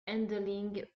handling